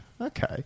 Okay